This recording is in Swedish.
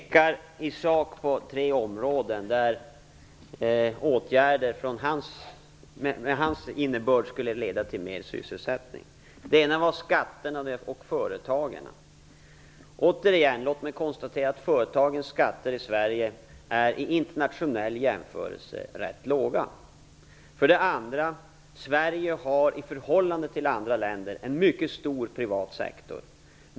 Herr talman! Per Unckel pekar i sak på tre områden där åtgärder av det slag som han anger skulle leda till högre sysselsättning. För det första gällde det skatter och företagen. Låt mig återigen konstatera att företagens skatter i Sverige är vid en internationell jämförelse rätt så låga. För det andra har Sverige i förhållande till andra länder en mycket stor privat sektor.